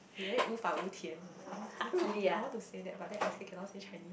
they very 无法无天 I want to I want to say that but I scared cannot say chinese